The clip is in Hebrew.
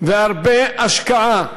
והרבה השקעה.